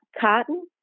cotton